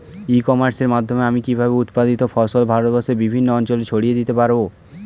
ই কমার্সের মাধ্যমে আমি কিভাবে উৎপাদিত ফসল ভারতবর্ষে বিভিন্ন অঞ্চলে ছড়িয়ে দিতে পারো?